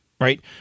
right